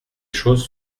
choses